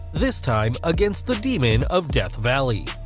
this time against the demon of death valley.